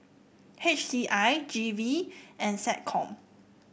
H C I G V and SecCom